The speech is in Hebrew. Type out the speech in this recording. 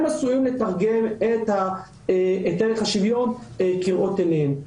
הם עשויים לתרגם את ערך השוויון כראות עיניהם.